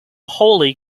holy